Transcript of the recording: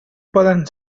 poden